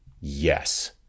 Yes